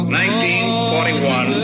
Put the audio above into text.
1941